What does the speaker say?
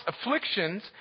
afflictions